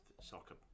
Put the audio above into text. soccer